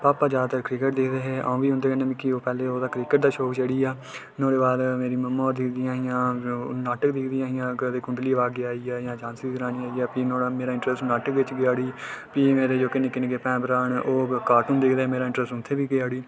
मेरी पापा ज्यादातर क्रिकेट दिक्खदे हे अ'ऊं मिगी उं'दे कन्नै क्रिकेट दा शौक चढ़ी गेआ फिरी ओह्दे बाद मम्मा होर दिखदियां हियां नाटक दिखदियां हियां कुंडली भाग्य आई गेआ जां झांसी की रानी आई गेआ फ्ही मेरा इंट्रस्ट नाटक च गेआ उठी मेरे निक्के निक्के भैन भ्राऽ ओह् कार्टून दिखदे मेरा इंट्रस्ट उत्थै बी गेआ उठी